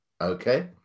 okay